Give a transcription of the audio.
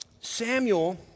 Samuel